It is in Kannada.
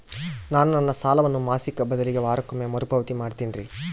ನಾನು ನನ್ನ ಸಾಲವನ್ನು ಮಾಸಿಕ ಬದಲಿಗೆ ವಾರಕ್ಕೊಮ್ಮೆ ಮರುಪಾವತಿ ಮಾಡ್ತಿನ್ರಿ